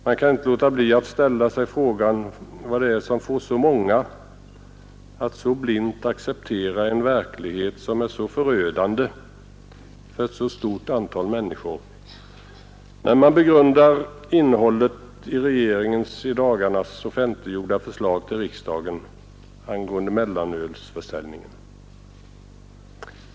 När man begrundar innehållet i regeringens i dagarna offentliggjorda förslag till riksdagen angående mellanölsförsäljningen, kan man inte låta bli att ställa sig frågan vad det är som kan få så många att blint acceptera en verklighet, som är så förödande för ett stort antal människor.